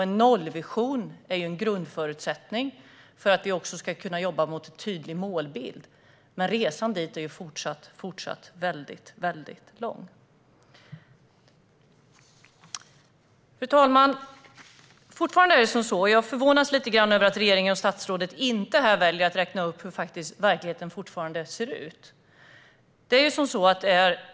En nollvision är en grundförutsättning för att vi också ska kunna jobba mot en tydlig målbild. Resan dit är dock fortsatt väldigt lång. Fru talman! Jag är förvånad över att statsrådet väljer att inte räkna upp hur verkligheten fortfarande ser ut.